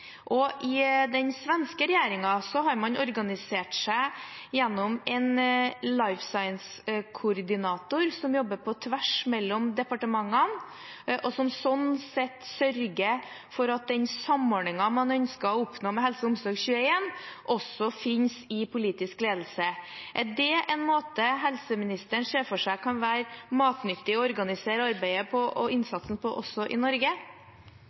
I den svenske regjeringen har man organisert seg gjennom Life Science-koordinatorer som jobber på tvers mellom departementene, og som slik sett sørger for at den samordningen man ønsker å oppnå med HelseOmsorg21, også finnes i politisk ledelse. Er det en måte som helseministeren ser for seg kan være matnyttig å organisere arbeidet og innsatsen på, også i Norge?